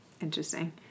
Interesting